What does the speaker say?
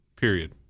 period